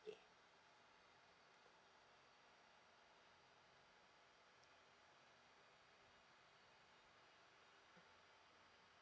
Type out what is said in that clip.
ya